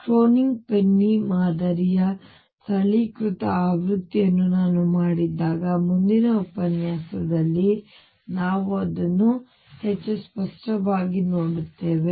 ಈ Kronig Penney ಮಾದರಿಯ ಸರಳೀಕೃತ ಆವೃತ್ತಿಯನ್ನು ನಾನು ಮಾಡಿದಾಗ ಮುಂದಿನ ಉಪನ್ಯಾಸದಲ್ಲಿ ನಾವು ಅದನ್ನು ಹೆಚ್ಚು ಸ್ಪಷ್ಟವಾಗಿ ನೋಡುತ್ತೇವೆ